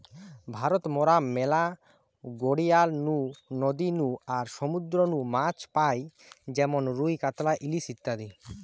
ভারত মরা ম্যালা গড়িয়ার নু, নদী নু আর সমুদ্র নু মাছ পাই যেমন রুই, কাতলা, ইলিশ ইত্যাদি